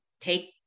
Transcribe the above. take